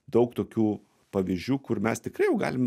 daug tokių pavyzdžių kur mes tikrai jau galim